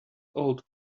old